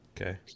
Okay